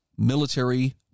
Military